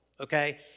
okay